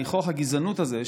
ניחוח הגזענות הזה,